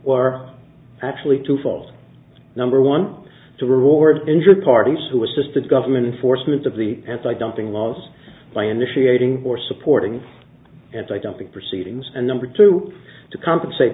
or actually twofold number one to reward injured parties who assisted government for students of the antidumping laws by initiating or supporting anti dumping proceedings and number two to compensate